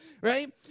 right